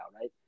right